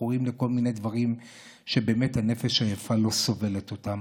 מכורים לכל מיני דברים שבאמת הנפש היפה לא סובלת אותם.